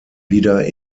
wieder